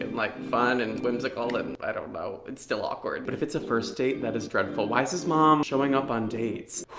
like fun and whimsical. and i don't know. it's still awkward. but if it's a first date, that is dreadful. why is his mom showing up on dates?